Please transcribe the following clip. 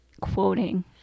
quoting